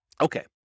Okay